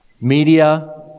media